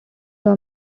law